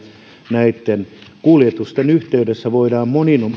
näitten kuljetusten yhteydessä voidaan